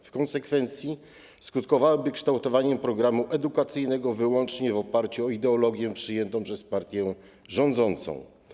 W konsekwencji skutkowałyby kształtowaniem programu edukacyjnego wyłącznie w oparciu o ideologię przyjętą przez partię rządzącą.